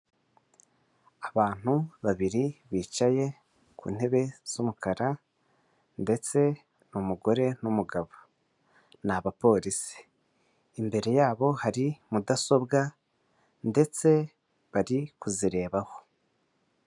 Abantu babiri bicaye ku ntebe z'umukara ndetse ni umugore n'umugabo ni abapolisi, imbere yabo hari mudasobwa ndetse bari kuzirebaho.